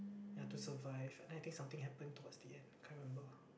ya to survive and I think something happened towards the end I can't remember